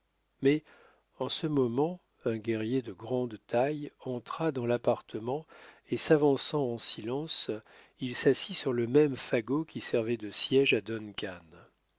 mais en ce moment un guerrier de grande taille entra dans l'appartement et s'avançant en silence il s'assit sur le même fagot qui servait de siège à